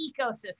ecosystem